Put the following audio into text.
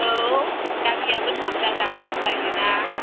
औ गामियाबो नाम जादा जायो ना